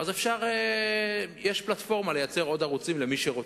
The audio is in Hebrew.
יש פלטפורמה לייצר עוד ערוצים למי שרוצה.